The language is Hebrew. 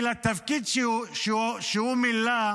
כי לתפקיד שהוא מילא,